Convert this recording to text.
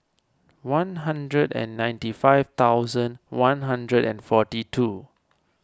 one hundred and ninety five thousand one hundred and forty two